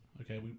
Okay